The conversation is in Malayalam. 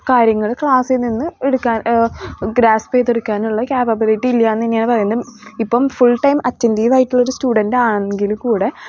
കാര്യങ്ങൾ ക്ലാസ്സിൽ നിന്ന് എടുക്കാൻ ഗ്രാസ്പ്പ് ചെയ്തെടുക്കാനുള്ള കേപ്പബിലിറ്റി ഇല്ല എന്ന് തന്നെയാണ് പറയുന്നത് ഇപ്പം ഫുൾ ടൈം അറ്റൻറ്റീവ് ആയിട്ടുള്ള ഒരു സ്റ്റുഡന്റ് ആണെങ്കിൽ കൂടെ